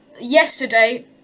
yesterday